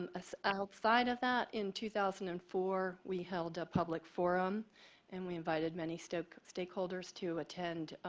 um ah so outside of that in two thousand and four, we held a public forum and we invited many so stakeholders to attend